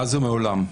מאז ומעולם.